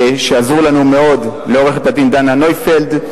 שעזרו לנו מאוד, לעורכת-הדין דנה נויפלד,